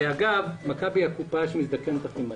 ואגב, מכבי היא הקופה שמזדקנת הכי מהר.